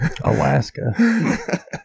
Alaska